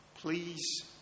Please